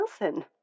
Wilson